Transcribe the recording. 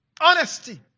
Honesty